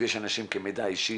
ויש אנשים כמידע אישי,